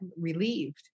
relieved